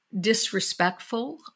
disrespectful